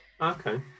Okay